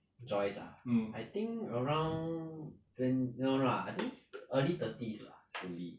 joyce ah I think around twen~ no no I think early thirties lah should be